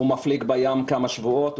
מפליג בים כמה שבועות,